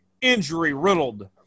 injury-riddled